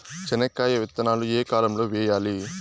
చెనక్కాయ విత్తనాలు ఏ కాలం లో వేయాలి?